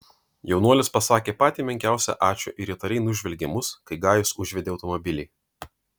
jaunuolis pasakė patį menkiausią ačiū ir įtariai nužvelgė mus kai gajus užvedė automobilį